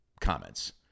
comments